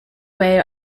way